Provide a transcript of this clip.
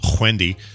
Wendy